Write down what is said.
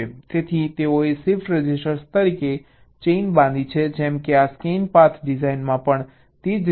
તેથી તેઓએ shift register તરીકે ચેઈન બાંધી જેમ કે આ સ્કેન પાથ ડિઝાઇનમાં પણ તે જ રીતે